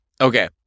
Okay